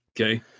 Okay